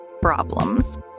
problems